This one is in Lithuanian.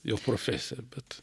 jo profesija bet